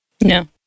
No